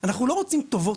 אנחנו לא רוצים טובות,